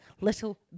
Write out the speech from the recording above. little